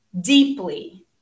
deeply